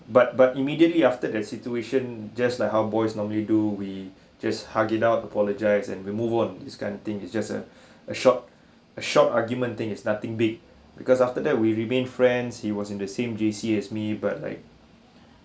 but but immediately after that situation just like how boys normally do we just hug it out apologise and we move on this kind of thing it's just a a short a short argument thing is nothing big because after that we remained friends he was in the same J_C as me but like